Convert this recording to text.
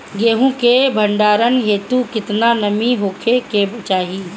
गेहूं के भंडारन हेतू कितना नमी होखे के चाहि?